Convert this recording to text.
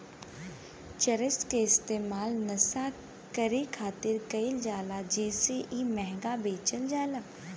चरस के इस्तेमाल नशा करे खातिर कईल जाला जेसे इ महंगा बेचल जाला